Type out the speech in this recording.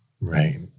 right